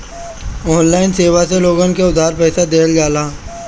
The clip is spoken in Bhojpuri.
ऑनलाइन सेवा से लोगन के उधार पईसा देहल जाला